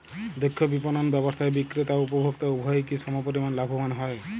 দক্ষ বিপণন ব্যবস্থায় বিক্রেতা ও উপভোক্ত উভয়ই কি সমপরিমাণ লাভবান হয়?